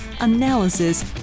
analysis